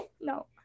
No